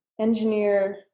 engineer